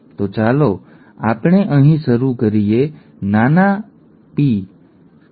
તો ચાલો આપણે અહીં શરૂ કરીએ નાના p નાના p નાના p નાના p